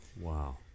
Wow